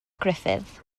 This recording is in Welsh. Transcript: gruffudd